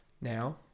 now